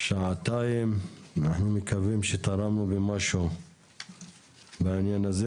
שעתיים, ואנחנו מקווים שתרמנו במשהו בעניין הזה.